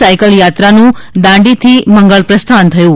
cycle યાત્રાનું દાંડીથી મંગળ પ્રસ્થાન થયું